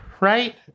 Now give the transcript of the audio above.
right